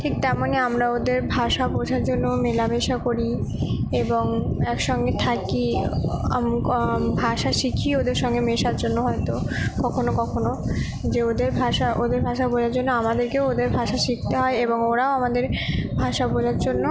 ঠিক তেমনই আমরা ওদের ভাষা বোঝার জন্য মেলামেশা করি এবং এক সঙ্গে থাকি ভাষা শিখি ওদের সঙ্গে মেশার জন্য হয়তো কখনো কখনো যে ওদের ভাষা ওদের ভাষা বোঝার জন্য আমাদেরকেও ওদের ভাষা শিখতে হয় এবং ওরাও আমাদের ভাষা বোঝার জন্য